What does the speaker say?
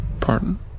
Pardon